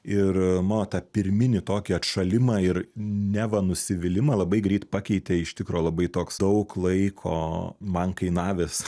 ir na pirminį tokį atšalimą ir neva nusivylimą labai greit pakeitė iš tikro labai toks daug laiko man kainavęs